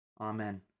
Amen